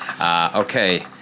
Okay